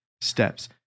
steps